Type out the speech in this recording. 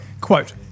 quote